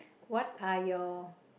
what are your